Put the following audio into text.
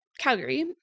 Calgary